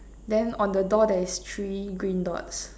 then on the door there is three green dots